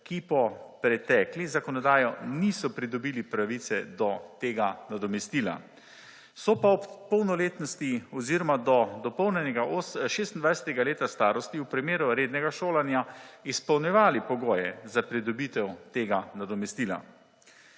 ki po pretekli zakonodaji niso pridobile pravice do tega nadomestila, so pa ob polnoletnosti oziroma do dopolnjenega 26. leta starosti v primeru rednega šolanja izpolnjevale pogoje za pridobitev tega nadomestila.